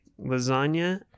lasagna